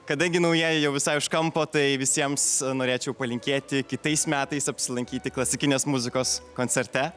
kadangi naujieji jau visai už kampo tai visiems norėčiau palinkėti kitais metais apsilankyti klasikinės muzikos koncerte